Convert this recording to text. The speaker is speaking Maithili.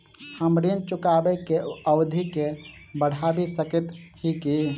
हम ऋण चुकाबै केँ अवधि केँ बढ़ाबी सकैत छी की?